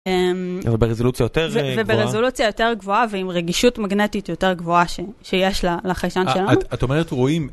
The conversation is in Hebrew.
וברזולוציה יותר גבוהה ועם רגישות מגנטית יותר גבוהה שיש לחיישן שלנו. את אומרת רואים